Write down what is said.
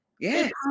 Yes